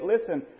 listen